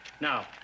Now